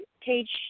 page